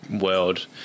world